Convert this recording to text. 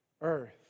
earth